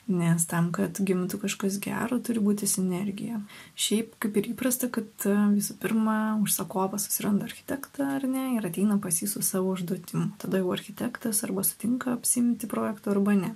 nes tam kad gimtų kažkas gero turi būti sinergija šiaip kaip ir įprasta kad visų pirma užsakovas susiranda architektą ar ne ir ateina pas jį su savo užduotim tada jau architektas arba sutinka apsiimti projekto arba ne